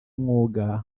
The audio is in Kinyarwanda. umwuga